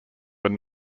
were